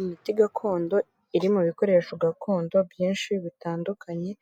Imiti gakondo iri mu bikoresho gakondo byinshi bitandukanye